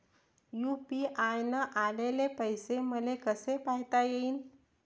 UPI न आलेले पैसे मले कसे पायता येईन?